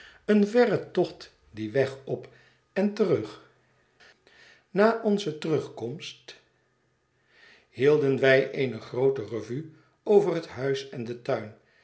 een verren tocht dien weg op en terug na onze terugkomst hielden wij eene groote revue over het huis en den tuin